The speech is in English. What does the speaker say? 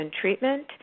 Treatment